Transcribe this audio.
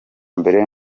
mbere